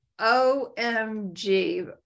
OMG